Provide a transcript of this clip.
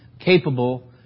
capable